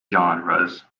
genres